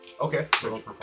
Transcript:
Okay